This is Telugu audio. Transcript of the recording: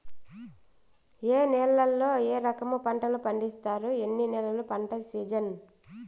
ఏ నేలల్లో ఏ రకము పంటలు పండిస్తారు, ఎన్ని నెలలు పంట సిజన్?